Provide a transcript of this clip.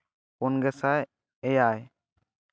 ᱯᱩᱱ ᱜᱮᱥᱟᱭ ᱮᱭᱟᱭ